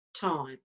time